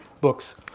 books